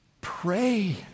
Pray